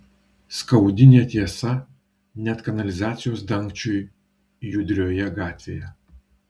skaudi netiesa net kanalizacijos dangčiui judrioje gatvėje